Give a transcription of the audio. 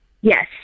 yes